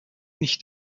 nicht